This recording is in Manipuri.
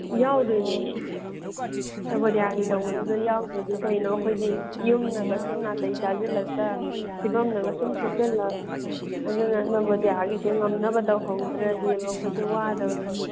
ꯌꯥꯎꯗꯣꯏꯅꯦꯃꯤ ꯅꯚꯣꯗꯤꯌꯥꯒꯤ ꯇꯧꯕꯗꯨꯗ ꯌꯥꯎꯗꯣꯏꯗꯗꯤ ꯀꯩꯅꯣ ꯑꯩꯈꯣꯏꯒꯤ ꯌꯨꯝꯅꯒ ꯁꯨꯝ ꯅꯥꯇꯩ ꯆꯥꯁꯤꯜꯂꯛꯇ ꯐꯤꯕꯝꯅꯒ ꯁꯨꯝ ꯁꯣꯛꯁꯜꯂꯛ ꯑꯗꯨꯅ ꯅꯚꯣꯗꯤꯌꯥꯒꯤꯁꯦ ꯉꯝꯅꯕ ꯇꯍꯧꯗ꯭ꯔꯗꯤꯕ ꯑꯩꯈꯣꯏꯁꯦ ꯋꯥꯗꯧꯔꯤ